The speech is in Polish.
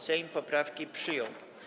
Sejm poprawki przyjął.